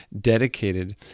dedicated